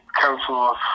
Council